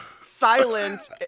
silent